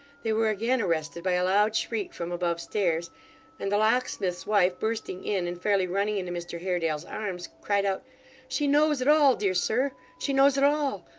they were again arrested by a loud shriek from above-stairs and the locksmith's wife, bursting in, and fairly running into mr haredale's arms, cried out she knows it all, dear sir she knows it all!